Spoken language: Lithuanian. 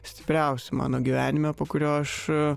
stipriausių mano gyvenime po kurio aš